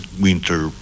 winter